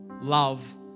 love